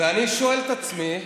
ואני שואל את עצמי: